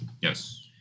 yes